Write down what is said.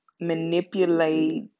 manipulate